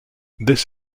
this